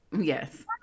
Yes